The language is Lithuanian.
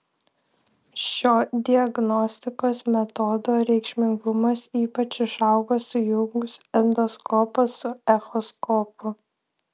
šio diagnostikos metodo reikšmingumas ypač išaugo sujungus endoskopą su echoskopu